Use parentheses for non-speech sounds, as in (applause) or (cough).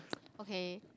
(noise) okay